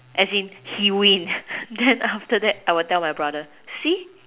see as in he win then after that I'll tell my brother